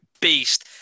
beast